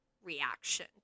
Reaction